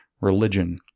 religion